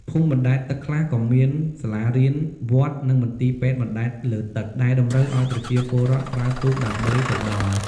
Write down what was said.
ភូមិបណ្ដែតទឹកខ្លះក៏មានសាលារៀន វត្ត និងមន្ទីរពេទ្យបណ្ដែតលើទឹក ដែលតម្រូវឲ្យប្រជាពលរដ្ឋប្រើទូកដើម្បីទៅដល់។